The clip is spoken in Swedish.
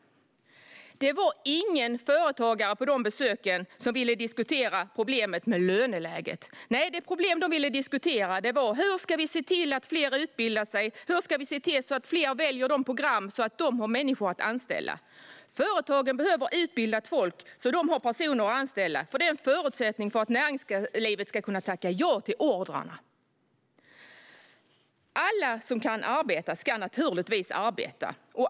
Det var ingen företagare under de besöken som ville diskutera problemen med löneläget. Nej, det problem de ville diskutera var hur vi ska se till att fler utbildar sig och väljer program så att de här företagen har människor att anställa. Företagen behöver utbildat folk så att de har personer att anställa. Det är en förutsättning för att näringslivet ska kunna tacka ja till ordrarna. Alla som kan arbeta ska naturligtvis arbeta.